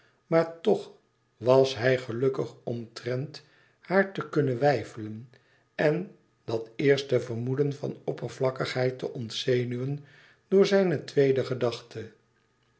maar toch was hij gelukkig omtrent haar te kunnen weifelen en dat eerste vermoeden van oppervlakkigheid te kunnen ontzenuwen door zijne tweede gedachte